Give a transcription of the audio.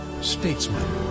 statesman